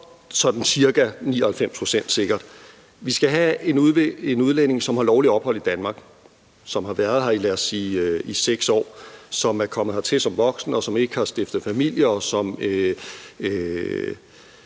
pct. sikkert. Vi skal have en udlænding, som har lovligt ophold i Danmark, som har været her i, lad os sige 6 år, som er kommet hertil som voksen, som ikke har stiftet familie, som